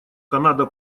канада